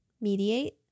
Mediate